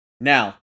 Now